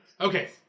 Okay